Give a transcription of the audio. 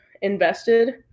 invested